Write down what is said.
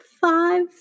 five